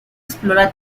explora